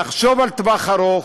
נחשוב על טווח ארוך,